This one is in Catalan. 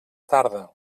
tarda